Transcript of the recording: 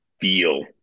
feel